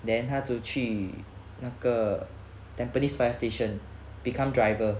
then 他就去那个 tampines fire station become driver